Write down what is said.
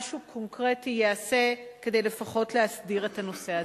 משהו קונקרטי ייעשה כדי לפחות להסדיר את הנושא הזה.